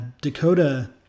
Dakota